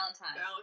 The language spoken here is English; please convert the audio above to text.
Valentine